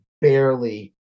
barely